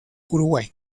uruguay